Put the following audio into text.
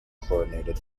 chlorinated